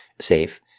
safe